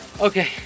Okay